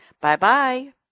Bye-bye